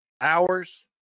Hours